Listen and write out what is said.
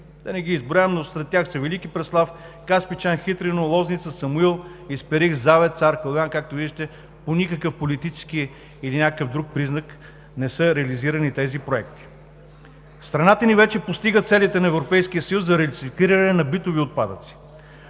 Да не ги изброявам, но сред тях са Велики Преслав, Каспичан, Хитрино, Лозница, Самуил, Исперих, Завет, Цар Калоян. Както виждате, по никакъв политически или някакъв друг признак не са реализирани тези проекти. Страната ни вече постига целите на Европейския съюз за рециклиране на битови отпадъци.